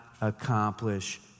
accomplish